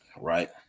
right